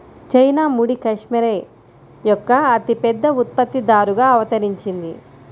China ముడి cashmere యొక్క అతిపెద్ద ఉత్పత్తిదారుగా అవతరించింది